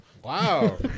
Wow